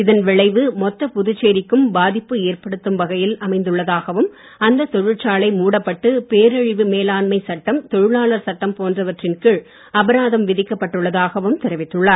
இதன் விளைவு மொத்த புதுச்சேரிக்கும் பாதிப்பு ஏற்படுத்தும் வகையில் அமைந்துள்ளதாகவும் அந்த தொழிற்சாலை மூடப்பட்டு பேரழிவு மேலாண்மை சட்டம் தொழிலாளர் சட்டம் போன்றவற்றின் கீழ் அபராதம் விதிக்கப்பட்டு உள்ளதாகவும் தெரிவித்துள்ளார்